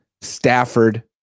Stafford